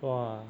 !wah!